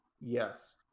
yes